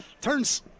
turns